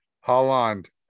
Holland